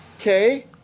Okay